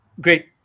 great